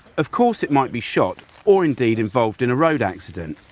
of course it might be shot or indeed involved in a road accident.